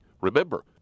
Remember